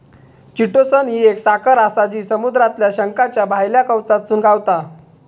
chitosan ही एक साखर आसा जी समुद्रातल्या शंखाच्या भायल्या कवचातसून गावता